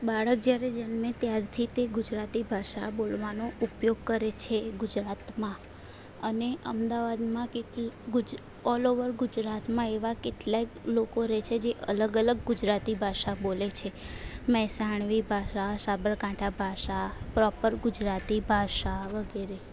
બાળક જ્યારે જન્મે ત્યારથી તે ગુજરાતી ભાષા બોલવાનો ઉપયોગ કરે છે ગુજરાતમાં અને અમદાવાદમાં ઓલ ઓવર ગુજરાતમાં એવા કેટલાય લોકો રહે છે જે અલગ અલગ ગુજરાતી ભાષા બોલે છે મહેસાણવી ભાષા સાબર કાંઠા ભાષા પ્રોપર ગુજરાતી ભાષા વગેરે